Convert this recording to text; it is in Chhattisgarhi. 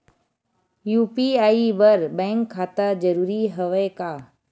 यू.पी.आई बर बैंक खाता जरूरी हवय का?